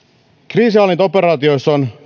kriisinhallintaoperaatioissa on